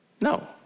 No